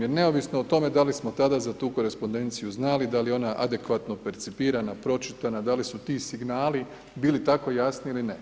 Jer neovisno o tome da li smo tada za tu korespondenciju znali, da li je ona adekvatno percipirana, pročitana, da li su ti signali tako jasni ili ne.